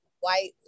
White